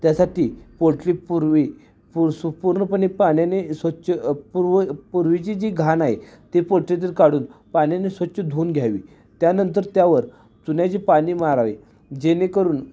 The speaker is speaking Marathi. त्यासाठी पोल्ट्री पूर्वी पुर सु पूर्णपणे पाण्याने स्वच्छ पूर्व पूर्वीची जी घाण आहे ती पोल्ट्रीतील काढून पाण्याने स्वच्छ धुऊन घ्यावी त्यानंतर त्यावर चुन्याचे पाणी मारावे जेणेकरून